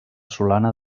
solana